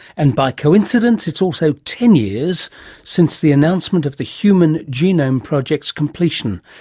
and by coincidence, it's also ten years since the announcement of the human genome project's completion.